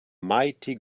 mighty